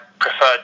preferred